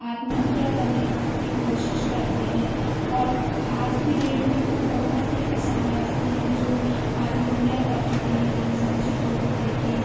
आत्महत्या करने की कोशिश करते हैं और आज की डेट में तो बहुत से किसान ऐसे हैं जो आत्महत्या कर चुके हैं इन सब चीज़ों को लेकर